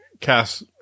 cast